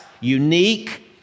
unique